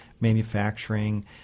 manufacturing